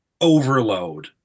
overload